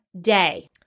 day